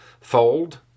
fold